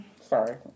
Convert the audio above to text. Sorry